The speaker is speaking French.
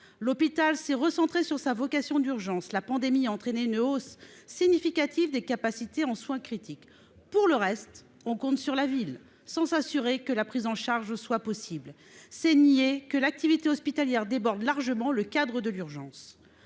L'hôpital s'est recentré sur sa vocation d'urgence. La pandémie a entraîné une hausse significative des capacités en soins critiques. Pour le reste, on compte sur la médecine de ville, sans s'assurer que la prise en charge soit possible ... C'est nier que l'activité hospitalière déborde largement le cadre de l'urgence.